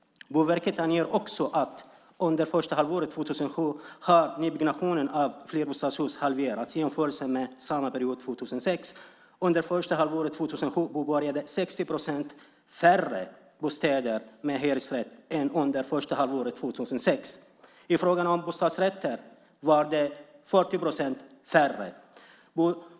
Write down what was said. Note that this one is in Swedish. Boverket anger också att nybyggnationen av flerbostadshus under första halvåret 2007 har halverats i jämförelse med samma period 2006. Under det första halvåret 2007 påbörjades 60 procent färre bostäder med hyresrätt än under första halvåret 2006. I fråga om bostadsrätter var det 40 procent färre.